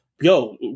Yo